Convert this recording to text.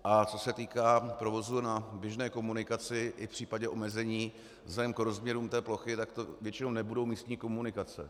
A co se týká provozu na běžné komunikaci, i v případě omezení vzhledem k rozměru té plochy to většinou nebudou místní komunikace.